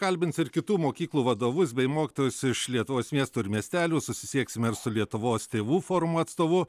kalbins ir kitų mokyklų vadovus bei mokytojus iš lietuvos miestų ir miestelių susisieksime su lietuvos tėvų forumo atstovu